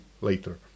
later